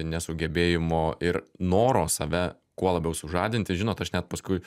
nesugebėjimo ir noro save kuo labiau sužadinti žinot aš net paskui